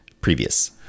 previous